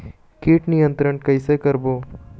कीट नियंत्रण कइसे करबो?